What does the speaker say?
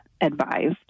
advised